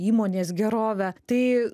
įmonės gerovę tai